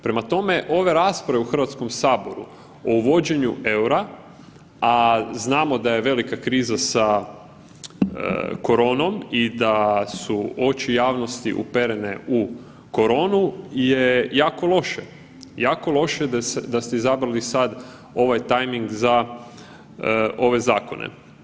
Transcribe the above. Prema tome, ove rasprave u HS o uvođenju EUR-a, a znamo da je velika kriza sa koronom i da su oči javnosti uperene u koronu je jako loše, jako loše da ste izabrali sad ovaj tajming za ove zakone.